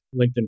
LinkedIn